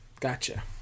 Gotcha